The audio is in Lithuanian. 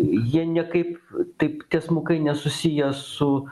jie niekaip taip tiesmukai nesusiję su